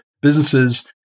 businesses